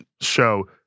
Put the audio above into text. show